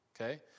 okay